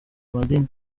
amadini